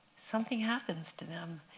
something happens to them.